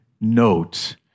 note